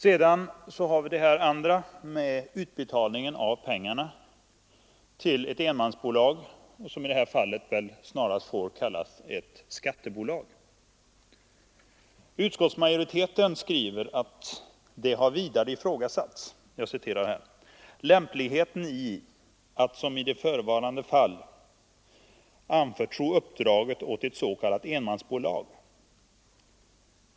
Sedan har vi också utbetalningen av pengarna till ett enmansbolag, som i detta fall väl snarast får kallas ett skatteflyktsbolag. Utskottsmajoriteten skriver: ”Det har vidare ifrågasatts lämpligheten i att — som skedde i förevarande fall — anförtro uppdraget åt ett s.k. enmansbolag.